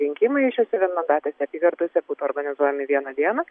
rinkimai šiose vienmandatėse apygardose būtų organizuojami vieną dieną